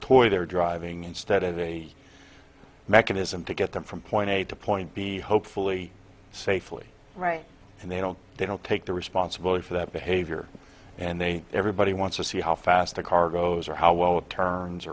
toy they're driving instead of a mechanism to get them from point a to point b hopefully safely right and they don't they don't take the responsibility for that behavior and they everybody wants to see how fast the car goes or how well it turns